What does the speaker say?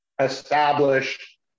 established